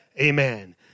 Amen